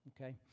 okay